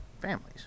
families